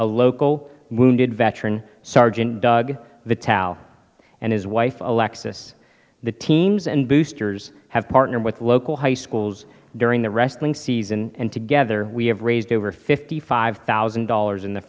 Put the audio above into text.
a local wounded veteran sergeant doug the towel and his wife alexis the teams and boosters have partnered with local high schools during the wrestling season and together we have raised over fifty five thousand dollars in the